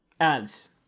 ads